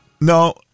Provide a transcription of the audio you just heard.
No